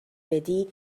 بدی